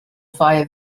via